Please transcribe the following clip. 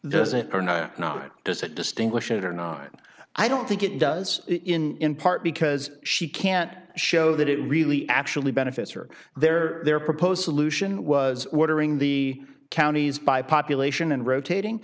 doesn't or no not does it distinguish it or not i'm i don't think it does in in part because she can't show that it really actually benefits are there their proposed solution was ordering the counties by population and rotating